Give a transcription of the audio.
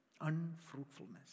Unfruitfulness